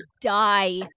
die